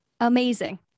amazing